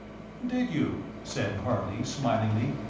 did you? said harley, smilingly.